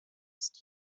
ist